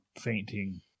fainting